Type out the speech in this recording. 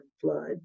flood